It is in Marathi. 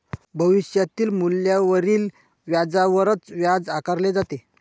भविष्यातील मूल्यावरील व्याजावरच व्याज आकारले जाते